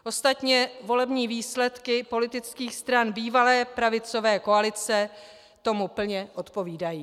Ostatně volební výsledky politických stran bývalé pravicové koalice tomu plně odpovídají.